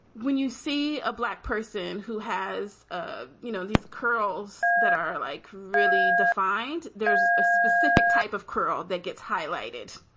when you see a black person who has, ah you know, these curls that are like really defined, there's a specific type of curl that gets highlighted.